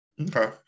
Okay